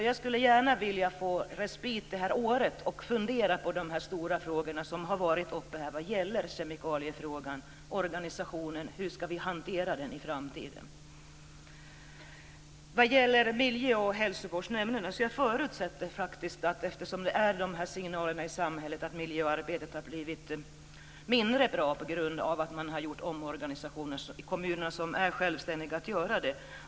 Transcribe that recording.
Jag skulle gärna vilja få respit det här året för att fundera på hur vi ska hantera de stora frågorna vad gäller kemikalier och organisationen i framtiden. Vad gäller miljö och hälsoskyddsnämnderna har miljöarbetet blivit mindre bra på grund av att man har gjort omorganisationer i kommunerna, som är självständiga att göra det.